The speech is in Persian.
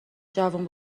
جوون